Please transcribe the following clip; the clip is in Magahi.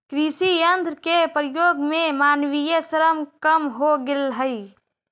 कृषि यन्त्र के प्रयोग से मानवीय श्रम कम हो गेल हई